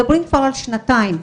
מדברים כבר על שנתיים כמעט,